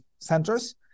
centers